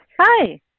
Hi